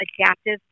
adaptive